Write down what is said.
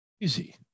Easy